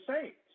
Saints